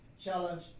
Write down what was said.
challenge